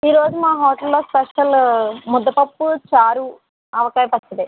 ఈరోజు మా హోటల్లో స్పెషల్ ముద్దపప్పు చారు ఆవకాయ పచ్చడి